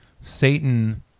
Satan